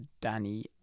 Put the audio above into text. Danny